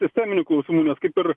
sisteminių klausimų nes kaip ir